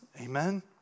Amen